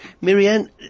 Marianne